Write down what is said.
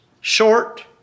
short